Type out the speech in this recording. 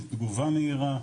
תגובה מהירה,